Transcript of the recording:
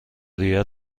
ریال